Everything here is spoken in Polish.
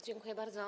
Dziękuję bardzo.